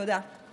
תודה.